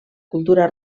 cultura